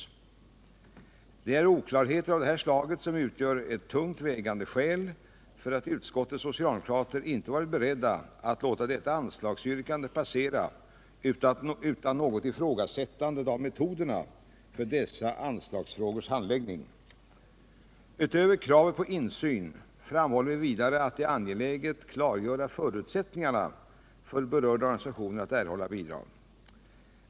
Det är oklarheter av det här slaget som utgör ett tungt vägande skäl till att utskottets socialdemokratiska ledamöter inte har varit beredda att låta detta anslagsyrkande passera utan något ifrågasättande av metoderna för dessa anslagsfrågors handläggning. Förutom att vi kräver insyn framhåller vi att det är angeläget att klargöra förutsättningarna för att de berörda organisationerna skall kunna erhålla bidrag.